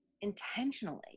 intentionally